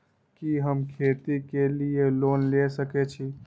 कि हम खेती के लिऐ लोन ले सके छी?